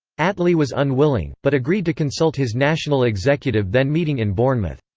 attlee was unwilling, but agreed to consult his national executive then meeting in bournemouth.